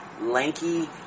lanky